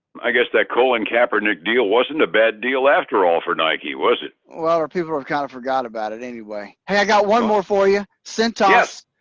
i guess that colin kaepernick deal wasn't a bad deal after all for nike, was it? well, ah, people have kind of forgot about it anyway. hey, i got one more for you cintas.